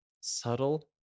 Subtle